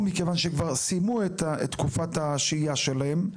מכיוון שכבר סיימו את תקופת השהייה שלהם.